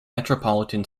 metropolitan